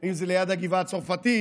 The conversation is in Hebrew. אם זה ליד הגבעה הצרפתית,